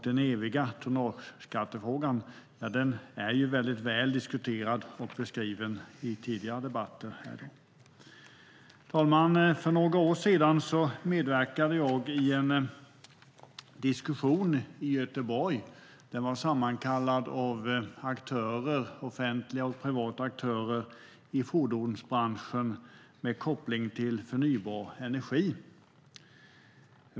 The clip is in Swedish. Den eviga tonnageskattefrågan har diskuterats och beskrivits väl i tidigare debatter. Fru talman! För några år sedan medverkade jag i en diskussion i Göteborg som var sammankallad av offentliga och privata aktörer i fordonsbranschen med koppling till förnybar energi.